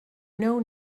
known